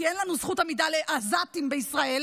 כי אין לנו זכות עמידה לעזתים בישראל,